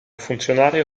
funzionario